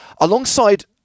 alongside